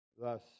Thus